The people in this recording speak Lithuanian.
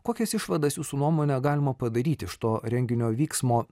kokias išvadas jūsų nuomone galima padaryti iš to renginio vyksmo